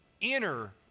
inner